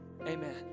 Amen